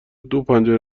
دوپنجره